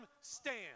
stand